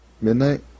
midnight